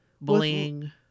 bullying